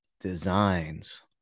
designs